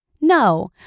No